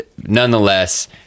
nonetheless